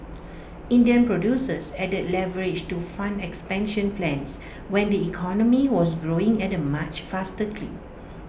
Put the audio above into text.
Indian producers added leverage to fund expansion plans when the economy was growing at A much faster clip